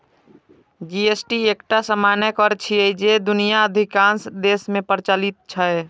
GST एकटा सामान्य कर छियै, जे दुनियाक अधिकांश देश मे प्रचलित छै